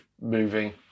moving